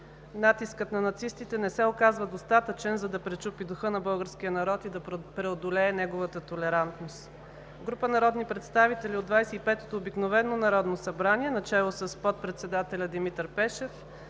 Натискът на нацистите не се оказва достатъчен, за да пречупи духа на българския народ и да преодолее неговата толерантност. Група народни представители от Двайсет и петото обикновено народно събрание, начело с подпредседателя Димитър Пешев,